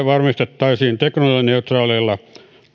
varmistettaisiin teknologianeutraaleilla